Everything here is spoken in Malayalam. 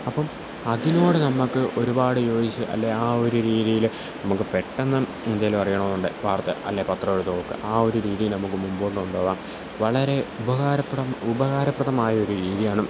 അപ്പോള് അതിനോട് നമ്മള്ക്ക് ഒരുപാട് യോജിച്ച് അല്ലെങ്കില് ആ ഒരു രീതിയില് നമുക്ക് പെട്ടെന്ന് എന്തേലും അറിയണോന്നുണ്ടെങ്കില് വാർത്ത അല്ലെങ്കില് പത്രം എടുത്ത് നോക്കുക ആ ഒരു രീതി നമുക്ക് മുമ്പോട്ട് കൊണ്ടോവാം വളരെ ഉപകാരപ്രദം ഉപകാരപ്രദമായൊരു രീതിയാണ്